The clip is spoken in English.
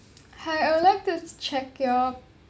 hi I would like to check your